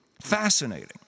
Fascinating